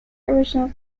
original